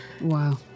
wow